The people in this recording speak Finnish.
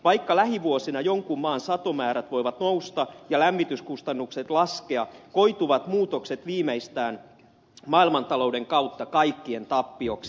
vaikka lähivuosina jonkun maan satomäärät voivat nousta ja lämmityskustannukset laskea koituvat muutokset viimeistään maailmantalouden kautta kaikkien tappioksi